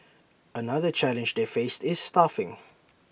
another challenge they faced is staffing